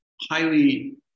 highly